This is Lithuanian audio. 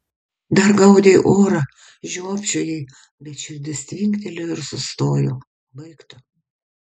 dar gaudei orą žiopčiojai bet širdis tvinktelėjo ir sustojo baigta